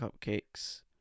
cupcakes